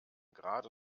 gerade